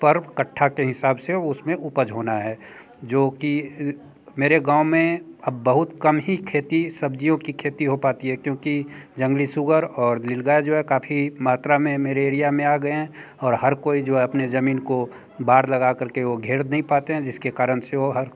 पर कट्ठा के हिसाब से उसमें उपज होना है जो कि मेरे गाँव में अब बहुत कम ही खेती सब्ज़ियों की खेती हो पाती है क्योंकि जंगली सुअर और नीलगाय जो है काफ़ी मात्रा में मेरे एरिया में आ गए हैं और हर कोई जो है अपने ज़मीन को बाढ़ लगा कर के वो घेर नहीं पाते हैं जिसके कारण से वो हर